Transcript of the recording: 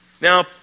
Now